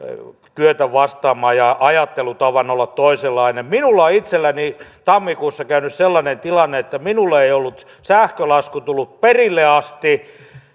kyetä vastaamaan ja ajattelutavan olla toisenlainen minulla on itselläni tammikuussa käynyt sellainen tilanne että minulle ei ollut sähkölasku tullut perille asti